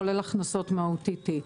כולל הכנסות מ-OTT.